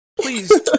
please